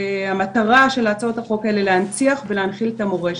שהמטרה של הצעות החוק האלה היא להנציח ולהחיל את המורשת.